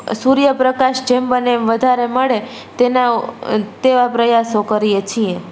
સૂર્ય પ્રકાશ જેમ બને એમ વધારે મળે તેના તેવા પ્રયાસો કરીએ છીએ